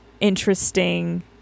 interesting